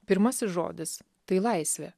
pirmasis žodis tai laisvė